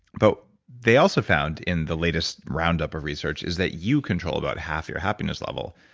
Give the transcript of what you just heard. but they also found in the latest roundup of research is that you control about half your happiness level.